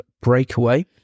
Breakaway